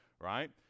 right